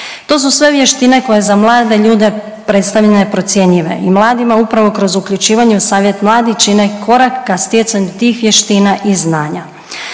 To su sve vještine koje za mlade ljude .../Govornik se ne razumije./... neprocjenjive i mladima upravo kroz uključivanje u savjet mladih čine korak ka stjecanju tih vještina i znanja.